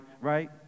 right